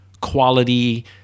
quality